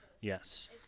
Yes